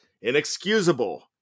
Inexcusable